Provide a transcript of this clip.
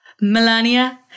Melania